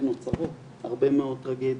ונוצרות הרבה מאוד טרגדיות.